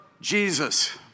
Jesus